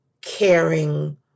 caring